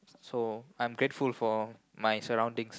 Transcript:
so I'm grateful for my surroundings